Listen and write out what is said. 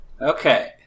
Okay